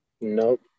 Nope